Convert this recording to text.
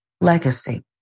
legacy